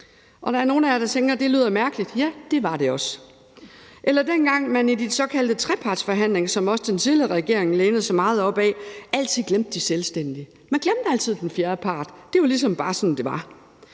Der er nogle af jer, der tænker, at det lyder mærkeligt, og ja, det var det også. Eller dengang man i den såkaldte trepartsforhandling, som også den tidligere regering lænede sig meget op ad, altid glemte de selvstændige – man glemte altid den fjerde part, det var ligesom bare sådan, det var.